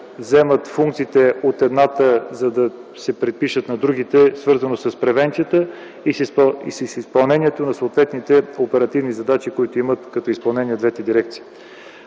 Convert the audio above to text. вземат функциите от едната, за да се припишат на другата, свързани с превенцията и с изпълнението на съответните оперативни задачи, които имат като изпълнение двете дирекции.